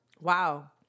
Wow